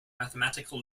mathematical